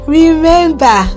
remember